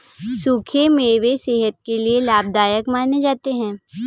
सुखे मेवे सेहत के लिये लाभदायक माने जाते है